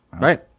Right